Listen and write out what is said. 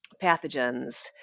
pathogens